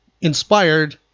inspired